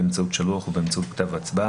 באמצעות שלוח או באמצעות כתב הצבעה